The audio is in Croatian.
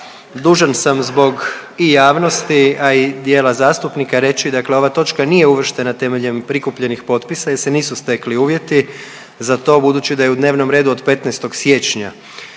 Dužan sam zbog i javnosti, a i dijela zastupnika reći dakle ova točka nije uvrštena temeljem prikupljenih potpisa jer se nisu stekli uvjeti za to, budući da je u dnevnom redu od 15. siječnja,